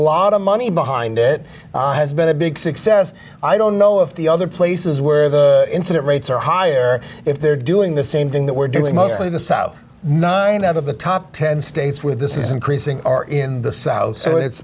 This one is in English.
of money behind it has been a big success i don't know if the other places where the incident rates are higher if they're doing the same thing that we're doing mostly in the south nine out of the top ten states where this is increasing are in the south so it's